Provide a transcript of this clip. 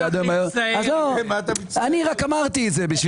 מה אתה מצטער?